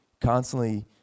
constantly